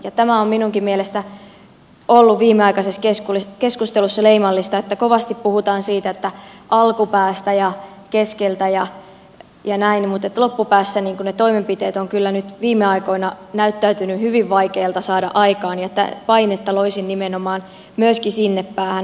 ja tämä on minunkin mielestäni ollut viimeaikaisessa keskustelussa leimallista että kovasti puhutaan siitä että alkupäästä ja keskeltä ja näin mutta loppupäässä ne toimenpiteet ovat kyllä nyt viime aikoina näyttäytyneet hyvin vaikeilta saada aikaan ja painetta loisin nimenomaan myöskin sinne päähän